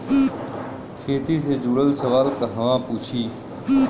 खेती से जुड़ल सवाल कहवा पूछी?